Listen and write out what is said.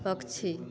पक्षी